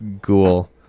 ghoul